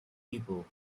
people